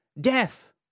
death